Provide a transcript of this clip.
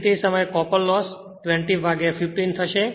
તેથી તે સમયે કોપર લોસ 20 ભાગ્યા 15 થશે